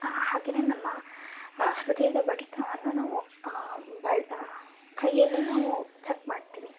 ಹಾಗೆಯೇ ನಮ್ಮ ಹೃದಯದ ಬಡಿತವನ್ನು ನಾವು ಬಳೆ ಕೈಯಲ್ಲೇ ನಾವು ಚೆಕ್ ಮಾಡ್ತೀವಿ